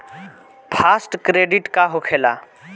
Fast credit का होखेला?